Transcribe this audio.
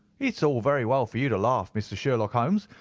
it's all very well for you to laugh, mr. sherlock holmes.